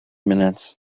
minutes